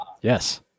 Yes